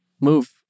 move